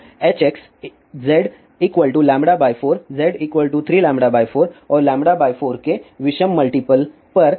तो Hx z 4z 3λ 4 और 4 के विषम मल्टीप्ल पर मॅक्सिमा है